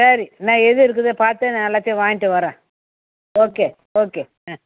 சரி நான் எது இருக்குதோ பார்த்து நான் எல்லாத்தையும் வாங்கிட்டு வறேன் ஓகே ஓகே ம்